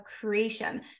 creation